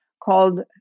called